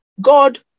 God